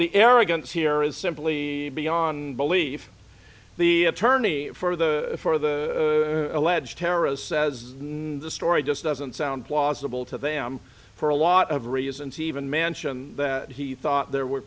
the arrogance here is simply beyond belief the attorney for the for the alleged terrorist says the story just doesn't sound plausible to them for a lot of reasons even mansion that he thought there were